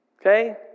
Okay